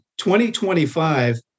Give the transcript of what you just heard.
2025